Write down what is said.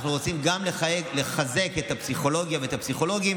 אנחנו רוצים גם לחזק את הפסיכולוגיה ואת הפסיכולוגים,